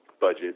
budget